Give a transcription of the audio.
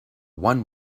one